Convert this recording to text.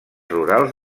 rurals